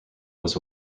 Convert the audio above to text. was